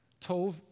tov